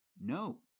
No